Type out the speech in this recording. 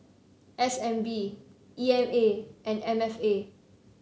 S N B E M A and M F A